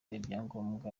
ibyangombwa